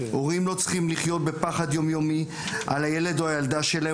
הורים לא צריכים לחיות בפחד יום-יומי על הילד או הילדה שלהם,